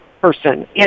person